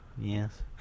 Yes